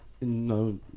no